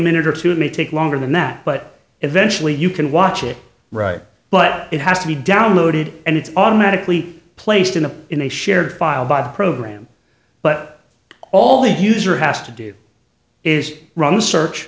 minute or two it may take longer than that but eventually you can watch it right but it has to be downloaded and it's automatically placed in a in a shared file by the program but all the user has to do is run the search